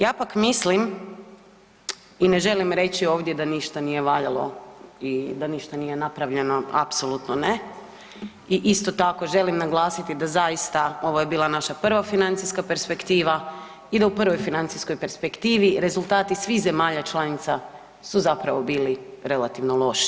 Ja pak mislim i ne želim reći ovdje da ništa nije valjalo i da ništa nije napravljeno apsolutno ne i isto tako želim naglasiti da zaista ovo je bila naša prva financijska perspektiva i da u prvoj financijskoj perspektivi rezultati svih zemalja članica su zapravo bili relativno loši.